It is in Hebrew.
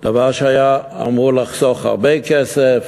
דבר שהיה אמור לחסוך הרבה כסף